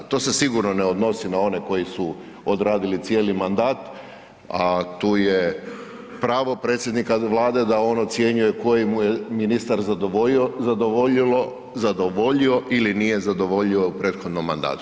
To se sigurno ne odnosi na one koji su odradili cijeli mandat, a tu je pravo predsjednika Vlade da on ocjenjuje koji mu je ministar zadovoljio ili nije zadovoljio u prethodnom mandatu.